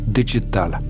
digital